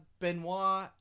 Benoit